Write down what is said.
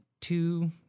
two